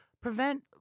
prevent